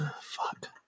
Fuck